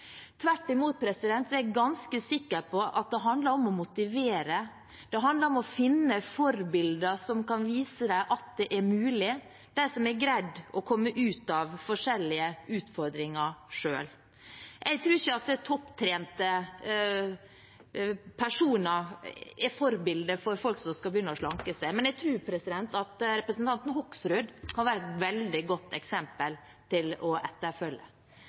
er jeg ganske sikker på at det handler om å motivere, det handler om å finne forbilder som kan vise dem at det er mulig, de som har greid å komme seg ut av forskjellige utfordringer selv. Jeg tror ikke at topptrente personer er forbilder for folk som skal begynne å slanke seg, men jeg tror at representanten Hoksrud kan være et veldig godt eksempel til